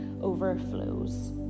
overflows